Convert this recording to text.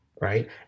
Right